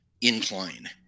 incline